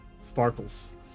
Sparkles